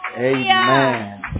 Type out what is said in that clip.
Amen